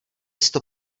sto